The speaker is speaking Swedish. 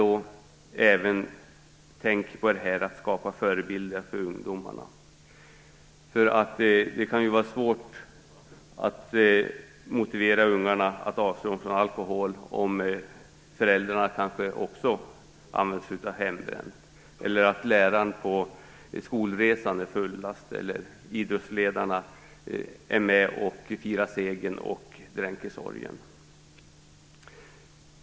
Då bör vi även tänka på att det skapas förebilder för ungdomarna. Det kan vara svårt att motivera ungdomarna att avstå från alkohol, om också föräldrarna använder hembränt, om läraren är den som är fullast på skolresan eller om idrottsledarna firar segern eller dränker sorgen med alkohol.